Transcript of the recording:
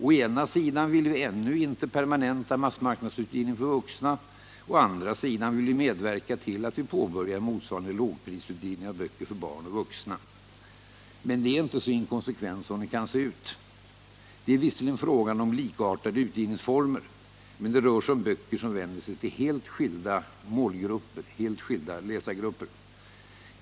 Å ena sida vill vi ännu inte permanenta massmarknadsutgivningen för vuxna —å andra sidan vill vi medverka till att vi påbörjar en motsvarande lågprisutgivning av böcker för barn och ungdom. Men det är inte så inkonsekvent som det kan se ut. Det är visserligen fråga om likartade utgivningsformer, men det rör sig om böcker som vänder sig till helt skilda målgrupper, helt skilda läsargrupper.